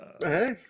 Hey